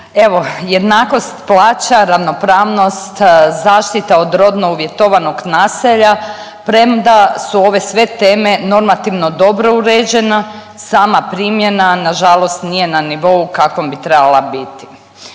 evo jednakost plaća, ravnopravnost, zaštita od rodno uvjetovanog nasilja, premda su ove sve teme normativno dobro uređene sama primjena nažalost nije na nivou na kakvom bi trebala biti.